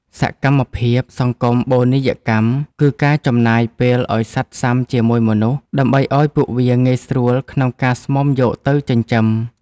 សកម្មភាព សង្គមបូនីយកម្ម គឺការចំណាយពេលឱ្យសត្វស៊ាំជាមួយមនុស្ស ដើម្បីឱ្យពួកវាងាយស្រួលក្នុងការស្មុំយកទៅចិញ្ចឹម។